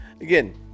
again